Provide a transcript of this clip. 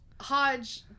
Hodge